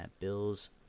Bills